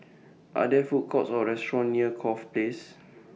Are There Food Courts Or restaurants near Corfe Place